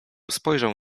spojrzał